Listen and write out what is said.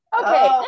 okay